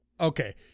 okay